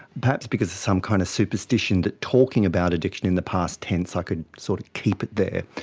perhaps because of some kind of superstition that talking about addiction in the past tense i could sort of keep it there,